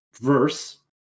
verse